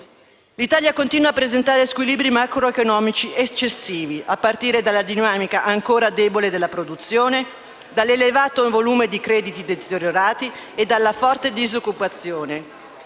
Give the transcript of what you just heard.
L'Italia continua a presentare squilibri macroeconomici eccessivi, a partire dalla dinamica ancora debole della produzione, dall'elevato volume di crediti deteriorati e dalla forte disoccupazione.